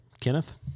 Kenneth